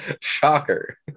shocker